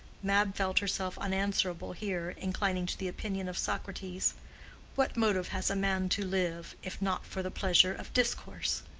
mab felt herself unanswerable here, inclining to the opinion of socrates what motive has a man to live, if not for the pleasure of discourse?